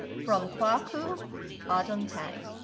from kwaku adonteng